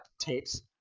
tapes